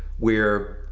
where